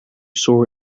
saw